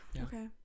Okay